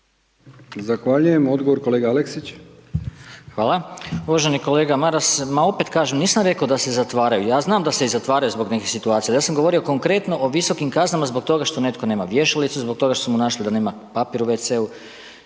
Zahvaljujem. Odgovor kolega Aleksić. **Aleksić, Goran (SNAGA)** Hvala. Uvaženi kolega Maras, ma opet kažem, nisam rekao da se zatvaraju, ja znam da se i zatvaraju zbog nekih situacija, ali ja sam govorio konkretno o visokim kaznama zbog toga što netko nema vješalicu, zbog toga što su mu našli da nema papir u wc-u,